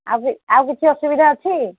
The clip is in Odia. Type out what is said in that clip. ଆଉ କିଛି ଆଉ କିଛି ଅସୁବିଧା ଅଛି